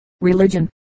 religion